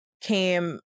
came